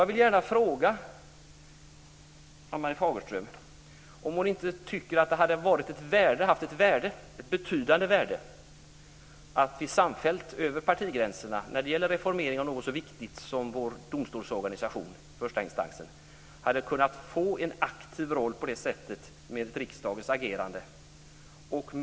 Jag vill gärna fråga Ann-Marie Fagerström om hon inte tycker att det hade haft ett betydande värde att vi samfällt, över partigränserna, hade kunnat sluta upp när det gäller något så viktigt som reformeringen av vår domstolsorganisation och dess förstainstans. Vi hade kunnat spela en aktiv roll genom riksdagens agerande.